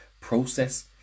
process